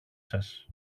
σας